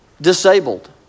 disabled